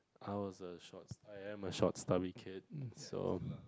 I was a short I am a short stubby kid so